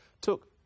took